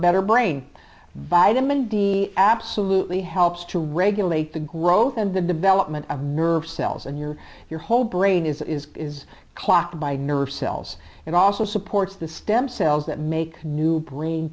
better brain vitamin d absolutely helps to regulate the growth and the development of nerve cells in your your whole brain is is clocked by nerve cells and also supports the stem cells that make new brain